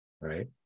right